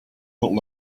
could